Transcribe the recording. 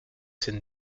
scène